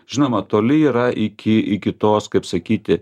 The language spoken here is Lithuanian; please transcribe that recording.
žinoma toli yra iki iki tos kaip sakyti